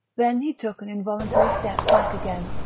then he took an involuntary step back again.